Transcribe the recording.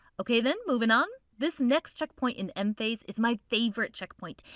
okay then, moving on, this next checkpoint in m phase is my favorite checkpoint.